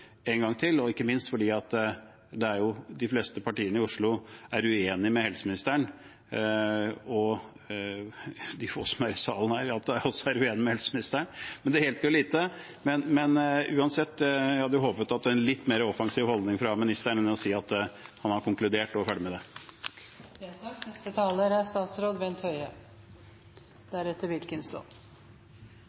en gang til, ikke minst fordi de fleste partiene i Oslo er uenige med helseministeren. De få som er i salen her, er også uenige med helseministeren, men det hjelper lite. Uansett: Jeg hadde håpet på en litt mer offensiv holdning fra ministeren enn å si han har konkludert, og ferdig med det. Jeg diskuterer denne saken både titt og ofte, gjerne i Stortinget og også ofte andre steder. Det er